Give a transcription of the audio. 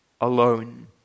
alone